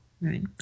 Right